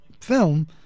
Film